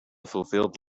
fulfilled